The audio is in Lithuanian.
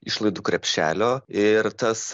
išlaidų krepšelio ir tas